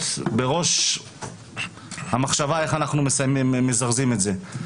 בראש המחשבה איך אנחנו מזרזים את זה.